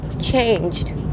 changed